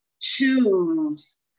choose